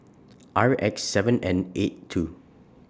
R X seven N eight two